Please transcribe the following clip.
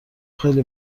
خیلی